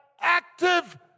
active